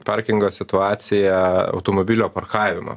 parkingo situacija automobilio parkavimo